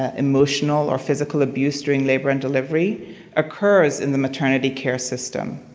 ah emotional or physical abuse during labor and delivery occurs in the maternity care system.